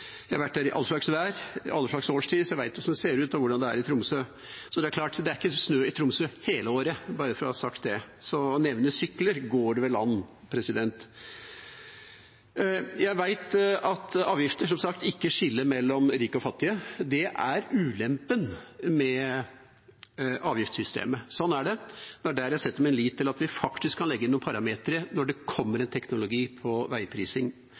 jeg har vært der i all slags vær, i alle slags årstider. Jeg vet hvordan det ser ut og hvordan det er i Tromsø. Det er klart, det er ikke snø i Tromsø hele året, bare for å ha sagt det. Så å nevne sykler går vel an. Jeg vet, som sagt, at avgifter ikke skiller mellom rike og fattige. Det er ulempen med avgiftssystemet. Slik er det. Der setter jeg min lit til at vi faktisk kan legge inn noen parametre når det gjelder teknologi og veiprising.